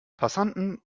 passanten